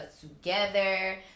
together